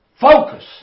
focus